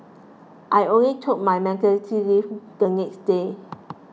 I only took my maternity leave the next day